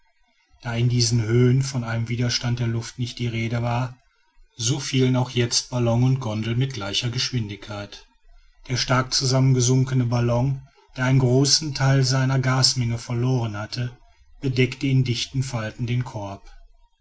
da in diesen höhen von einem widerstand der luft nicht die rede war so fielen auch jetzt ballon und gondel mit gleicher geschwindigkeit der stark zusammengesunkene ballon der einen großen teil seiner gasmenge verloren hatte bedeckte in dichten falten den korb